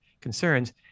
concerns